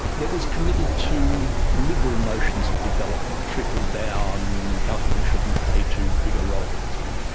that was committed to liberal notions of development, trickle-down, government shouldn't play too big a role and so on.